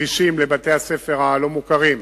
כבישים לבתי-הספר הלא-מוכרים